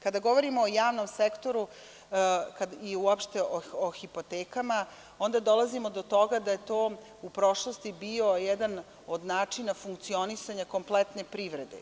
Kada govorimo o javnom sektoru i uopšte o hipotekama, onda dolazimo do toga da je to u prošlosti bio jedan od načina funkcionisanja kompletne privrede.